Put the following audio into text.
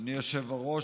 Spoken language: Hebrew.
אדוני יושב-ראש,